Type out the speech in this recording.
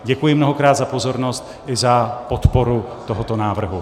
Děkuji mnohokrát za pozornost i za podporu tohoto návrhu.